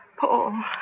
Paul